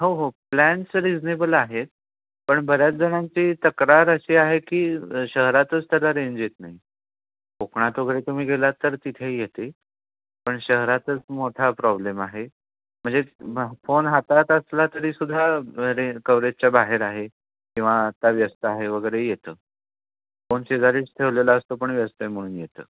हो हो plans reasonable आहेत पण बऱ्याच जणांची तक्रार अशी आहे की शहरातच त्याला रेंज येत नाही कोकणात वगैरे तुम्ही गेलात तर तिथे येते पण शहरातच मोठा प्रॉब्लेम आहे म्हणजे फोन हातात असला तरीसुद्धा कवरेजच्या बाहेर आहे किंवा आत्ता व्यस्त आहे वगैरे येतं फोन शेजारीच ठेवलेला असतो पण व्यस्त आहे म्हणून येतं